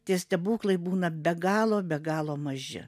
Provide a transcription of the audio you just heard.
tie stebuklai būna be galo be galo maži